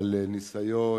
על ניסיון,